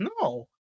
No